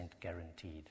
guaranteed